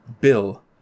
Bill